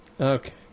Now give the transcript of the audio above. Okay